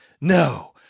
No